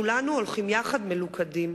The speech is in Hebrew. וכולנו הולכים יחד מלוכדים.